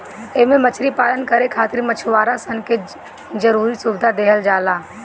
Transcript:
एमे मछरी पालन करे खातिर मछुआरा सन के जरुरी सुविधा देहल जाला